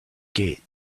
gate